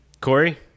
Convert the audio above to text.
Corey